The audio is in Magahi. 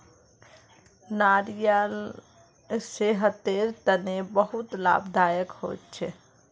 नारियाल सेहतेर तने बहुत लाभदायक होछे